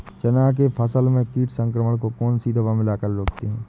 चना के फसल में कीट संक्रमण को कौन सी दवा मिला कर रोकते हैं?